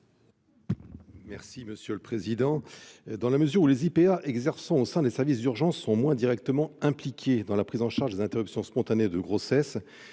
de la commission ? Dans la mesure où les IPA exerçant au sein des services d'urgences sont moins directement impliqués dans la prise en charge des interruptions spontanées de grossesse,